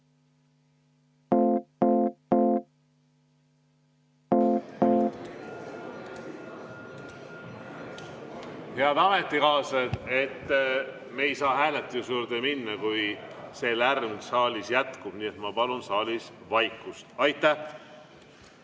Head ametikaaslased! Me ei saa hääletuse juurde minna, kui see lärm saalis jätkub, nii et ma palun saalis vaikust. Aitäh!